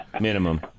minimum